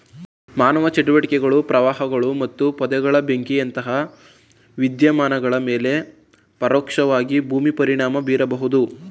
ಮಾನವ ಚಟುವಟಿಕೆಗಳು ಪ್ರವಾಹಗಳು ಮತ್ತು ಪೊದೆಗಳ ಬೆಂಕಿಯಂತಹ ವಿದ್ಯಮಾನಗಳ ಮೇಲೆ ಪರೋಕ್ಷವಾಗಿ ಭೂಮಿ ಪರಿಣಾಮ ಬೀರಬಹುದು